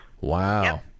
Wow